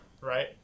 Right